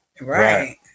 Right